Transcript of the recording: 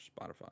Spotify